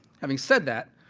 having said that,